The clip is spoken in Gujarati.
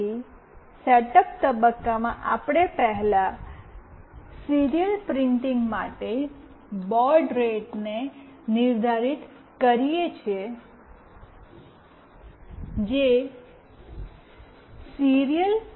તેથી સેટઅપ તબક્કામાં આપણે પહેલા સીરીયલ પ્રિન્ટિંગ માટે બાઉડ રેટને નિર્ધારિત કરીએ છીએ જે સીરીયલ